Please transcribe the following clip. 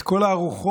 את כל הארוחות?